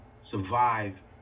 survive